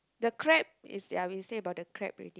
the crab is ya we say about the crab already